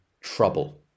trouble